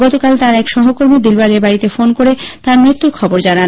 গতকাল তার এক সহকর্মী দিলওয়ারের বাড়িতে ফোন করে তাঁর মৃত্যুর খবর জানায়